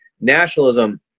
Nationalism